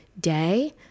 day